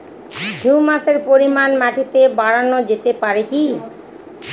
হিউমাসের পরিমান মাটিতে বারানো যেতে পারে কি?